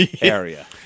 area